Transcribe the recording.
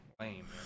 lame